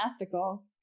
ethical